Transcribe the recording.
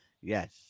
yes